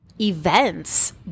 events